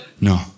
No